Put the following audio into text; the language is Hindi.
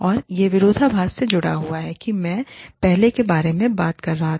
और यह विरोधाभास से जुड़ा हुआ है कि मैं पहले के बारे में बात कर रहा था